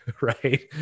Right